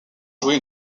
jouer